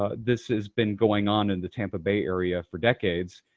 ah this has been going on in the tampa bay area for decades,